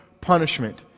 punishment